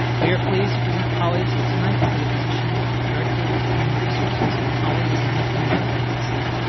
we are pleased to present holly to you tonight for the position of director for human resources. and holly is there anything you would like to say?